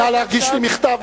נא להגיש לי מכתב,